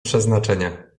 przeznaczenia